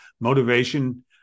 motivation